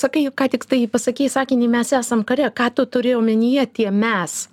sakai ką tiktai pasakei sakinį mes esam kare ką tu turi omenyje tie mes